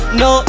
no